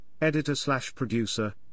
editor-slash-producer